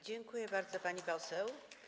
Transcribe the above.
Dziękuję bardzo, pani poseł.